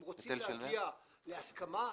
אם רוצים להגיע להסכמה,